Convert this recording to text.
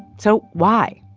so why?